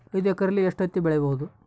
ಐದು ಎಕರೆಯಲ್ಲಿ ಎಷ್ಟು ಹತ್ತಿ ಬೆಳೆಯಬಹುದು?